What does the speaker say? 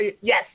Yes